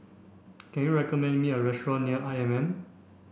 can you recommend me a restaurant near I M M